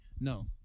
no